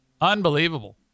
Unbelievable